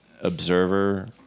observer